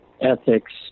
ethics